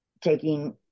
taking